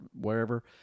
wherever